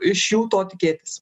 iš jų to tikėtis